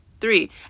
Three